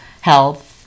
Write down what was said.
health